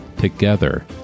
Together